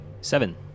Seven